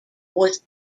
was